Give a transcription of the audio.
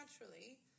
naturally